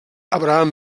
abraham